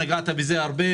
נגעת בזה הרבה,